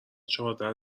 چهارده